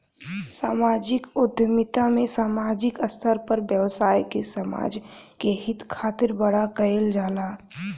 सामाजिक उद्यमिता में सामाजिक स्तर पर व्यवसाय के समाज के हित खातिर खड़ा कईल जाला